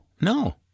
no